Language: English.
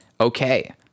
Okay